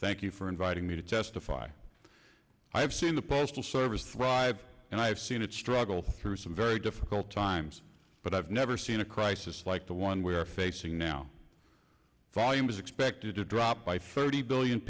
thank you for inviting me to testify i have seen the postal service thrive and i've seen it struggle through some very difficult times but i've never seen a crisis like the one we are facing now volume is expected to drop by ferdie billion